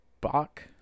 Bach